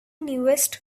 newest